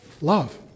Love